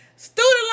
Student